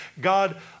God